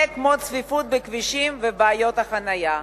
כמו הצפיפות בכבישים ובעיות חנייה,